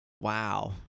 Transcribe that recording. Wow